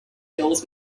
hills